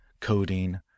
codeine